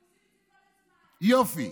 יופי,